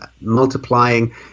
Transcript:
multiplying